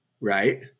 Right